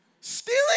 Stealing